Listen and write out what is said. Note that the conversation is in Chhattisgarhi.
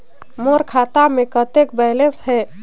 मोर खाता मे कतेक बैलेंस हे?